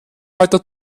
weiter